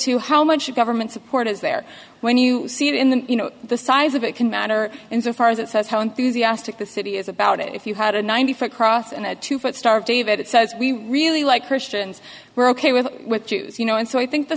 to how much the government support is there when you see it in the you know the size of it can matter insofar as it says how enthusiastic the city is about it if you had a ninety foot across and a two foot star of david it says we really like christians we're ok with with jews you know and so i think the